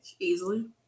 Easily